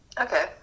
Okay